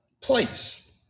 place